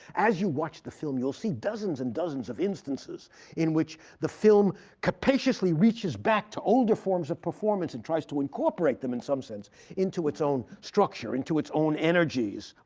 as you watch the film, you'll see dozens and dozens of instances in which the film capaciously reaches back to older forms of performance, and tries to incorporate them in some sense into its own structure, into its own energies.